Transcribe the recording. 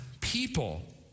people